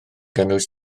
gynnwys